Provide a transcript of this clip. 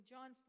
John